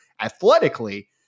athletically